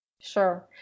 Sure